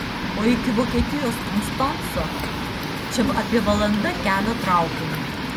o iki vokietijos konstanco čia apie valanda kelio traukiniu